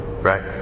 Right